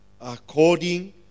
According